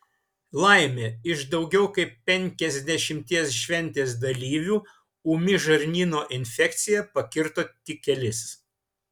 laimė iš daugiau kaip penkiasdešimties šventės dalyvių ūmi žarnyno infekcija pakirto tik kelis